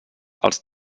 els